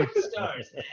stars